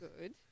good